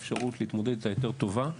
האפשרות להתמודד עם זה תהיה טובה יותר.